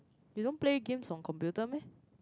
you don't play games on computer meh